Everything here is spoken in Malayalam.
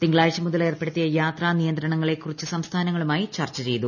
തിങ്കളാഴ്ച മുതൽ ഏർപ്പെടുത്തിയ യാത്രാ നിയന്ത്രണങ്ങളെക്കുറിച്ച് സംസ്ഥാനങ്ങളുമായി ചർച്ച ചെയ്തു